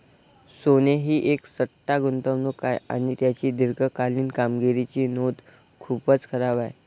सोने ही एक सट्टा गुंतवणूक आहे आणि त्याची दीर्घकालीन कामगिरीची नोंद खूपच खराब आहे